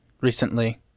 recently